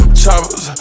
choppers